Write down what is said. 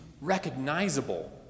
recognizable